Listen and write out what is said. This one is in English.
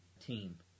team